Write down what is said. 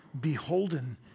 beholden